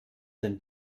den